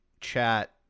chat